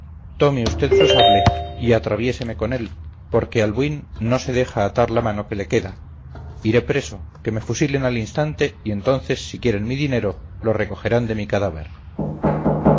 tome usted su sable y atraviéseme con él porque albuín no se deja atar la mano que le queda iré preso que me fusilen al instante y entonces si quieren mi dinero lo recogerán de mi cadáver